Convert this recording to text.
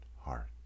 heart